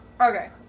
Okay